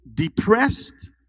Depressed